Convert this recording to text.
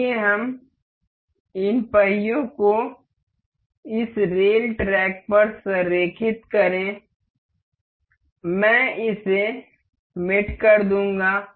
आइए हम इन पहियों को इस रेल ट्रैक पर संरेखित करें मैं इसे मेट कर दूंगा